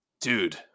dude